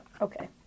Okay